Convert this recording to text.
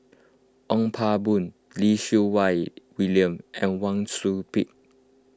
Ong Pang Boon Lim Siew Wai William and Wang Sui Pick